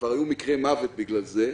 וכבר היו מקרי מוות בגלל זה.